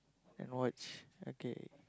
and watch okay